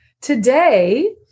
Today